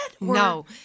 No